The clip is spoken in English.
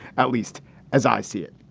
at least as i see it.